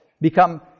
become